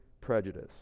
prejudice